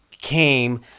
came